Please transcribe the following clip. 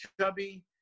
chubby